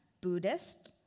Buddhist